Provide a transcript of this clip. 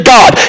God